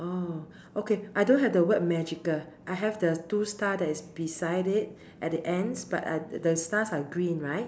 orh okay I don't have the word magical I have the two stars that is beside it at the ends but uh the stars are green right